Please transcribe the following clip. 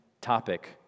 topic